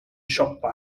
siopa